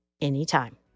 anytime